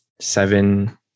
seven